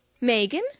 Megan